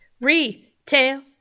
retail